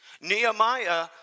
Nehemiah